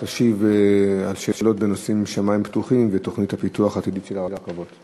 תשיב על שאלות בנושאים "שמים פתוחים" ותוכנית הפיתוח העתידי של הרכבות.